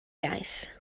iaith